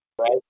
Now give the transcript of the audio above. right